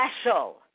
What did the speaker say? special